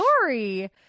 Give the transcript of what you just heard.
story